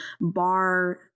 bar